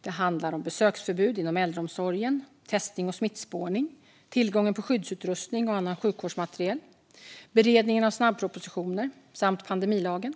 Det handlar om besöksförbud inom äldreomsorgen, testning och smittspårning, tillgången på skyddsutrustning och annan sjukvårdsmateriel, beredningen av snabbpropositioner samt pandemilagen,